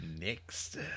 next